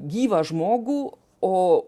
gyvą žmogų o